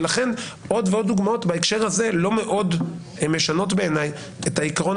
לכן עוד ועוד דוגמאות בהקשר הזה לא מאוד משנות בעיניי את העיקרון